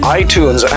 iTunes